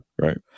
Right